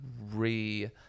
re